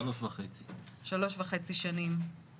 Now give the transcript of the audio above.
תודה